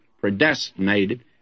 predestinated